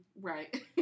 Right